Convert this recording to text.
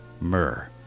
myrrh